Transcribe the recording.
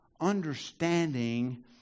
understanding